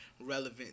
relevant